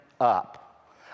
up